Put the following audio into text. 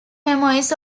memoirs